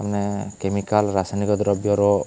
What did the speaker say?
ଆମେ କେମିକାଲ୍ ରାସାୟନିକ ଦ୍ରବ୍ୟର